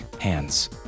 hands